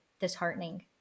disheartening